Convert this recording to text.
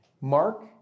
Mark